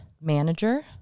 manager